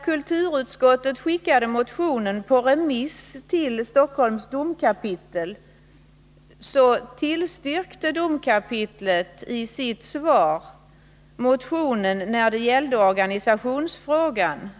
Kulturutskottet skickade motionen på remiss till detta domkapitel, som i sitt svar tillstyrkte motionen vad gäller organisationsfrågan.